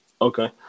Okay